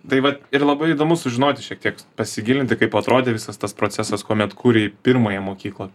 tai vat ir labai įdomu sužinoti šiek tiek pasigilinti kaip atrodė visas tas procesas kuomet kūrei pirmąją mokyklą